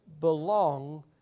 belong